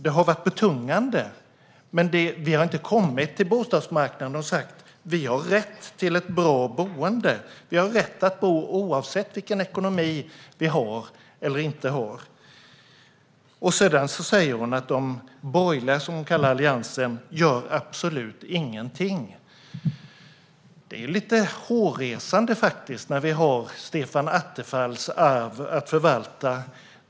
Det har varit betungande, men vi har inte kommit till bostadsmarknaden och sagt: "Vi har rätt till ett bra boende. Vi har rätt att bo oavsett vilken ekonomi vi har eller inte har." Sedan säger hon att de borgerliga, som hon kallar Alliansen, gör "absolut ingenting". Det är faktiskt lite hårresande, när vi har Stefan Attefalls arv att förvalta.